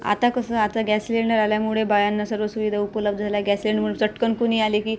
आता कसं आता गॅस सिलेंडर आल्यामुळे बायांना सगळं सुविधा उपलब्ध झाल्या गॅसलेनमुळं चटकन कुणी आले की